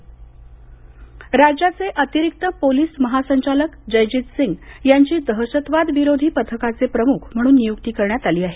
निय्क्ती राज्याचे अतिरिक्त पोलीस महासंचालक जयजीतसिंग यांची दहशतवाद विरोधी पथकाचे प्रमुख म्हणून नियुक्ती करण्यात आली आहे